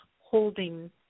holding